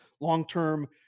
long-term